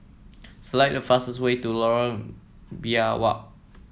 select the fastest way to Lorong Biawak